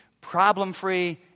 problem-free